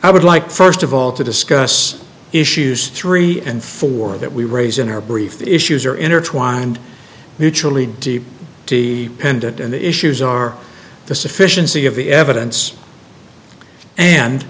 i would like first of all to discuss issues three and four that we raise in our brief the issues are intertwined mutually deep the pendant and the issues are the sufficiency of the evidence and